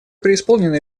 преисполнены